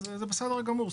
אז זה בסדר גמור.